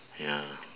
ya